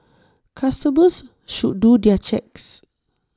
customers should do their checks